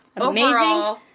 Amazing